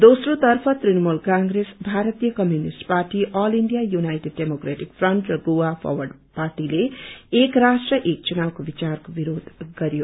दोस्रो तर्फ तृणमूल कप्रेस भारतीय communist party all India united democratic front र गोवा फरवर्ड पार्टीले एक राष्ट्र एक चुनाक्को विचारको विरोष गरयो